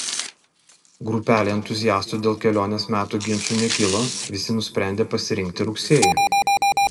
grupelei entuziastų dėl kelionės meto ginčų nekilo visi nusprendė pasirinkti rugsėjį